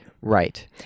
Right